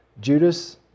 Judas